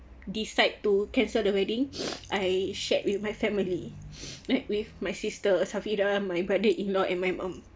decide to cancel the wedding I shared with my family like with my sister safira my brother in law and my mum